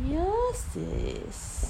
ya sis